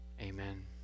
Amen